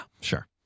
sure